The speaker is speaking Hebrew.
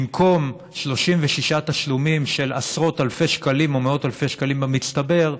במקום 36 תשלומים של עשרות אלפי שקלים או מאות אלפי שקלים במצטבר,